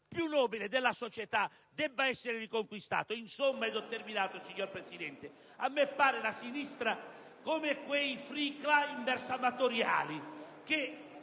più nobile della società, debba essere riconquistato. Insomma - ed ho terminato, signor Presidente - a me pare che la sinistra si comporti come quei *free climber* amatoriali